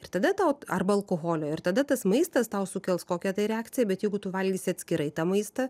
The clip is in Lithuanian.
ir tada tau arba alkoholio ir tada tas maistas tau sukels kokią tai reakcija bet jeigu tu valgysi atskirai tą maistą